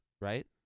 right